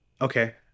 Okay